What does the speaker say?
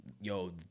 yo